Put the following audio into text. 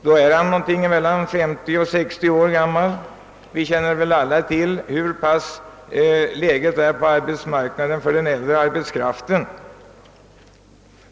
Då är han 50—60 år gammal, och vi känner väl alla till hurdant läget på arbetsmarknaden är för den äldre arbetskraften.